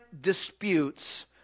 disputes